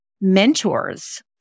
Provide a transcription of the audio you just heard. mentors